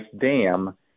dam